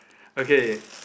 okay